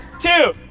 two,